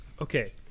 Okay